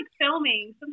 filming